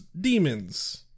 demons